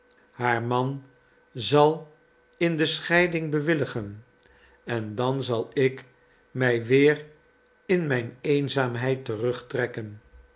haar man zal in de scheiding bewilligen en dan zal ik mij weer in mijn eenzaamheid terugtrekken